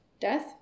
death